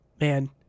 man